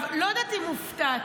אני לא יודעת אם הופתעת,